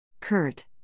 Kurt